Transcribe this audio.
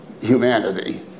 humanity